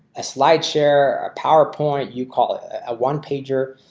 a slide share a powerpoint you call it a one pager.